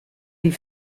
die